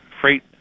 Freight